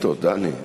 זה לא שאילתות, דני.